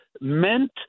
meant